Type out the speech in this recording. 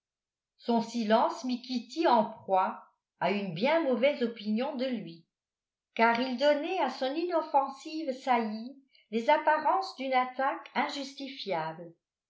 son silence mit kitty en proie à une bien mauvaise opinion de lui car il donnait à son inoffensive saillie les apparences d'une attaque injustifiable